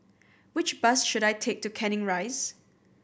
which bus should I take to Canning Rise